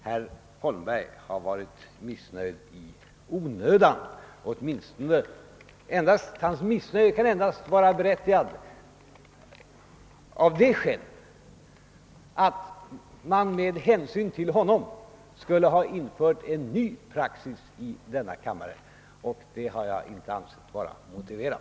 Herr Holmberg har varit missnöjd i onödan, och hans missnöje kan endast vara berättigat av det skälet, att man med hänsyn till honom borde ha infört en ny praxis i denna kammare och det har jag inte ansett motiverat.